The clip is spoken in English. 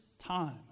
Time